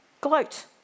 Gloat